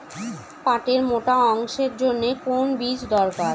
পাটের মোটা আঁশের জন্য কোন বীজ দরকার?